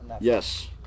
Yes